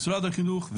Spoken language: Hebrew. משרד החינוך,